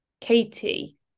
Katie